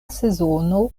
sezono